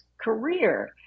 career